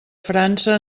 frança